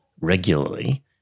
regularly